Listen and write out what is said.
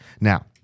Now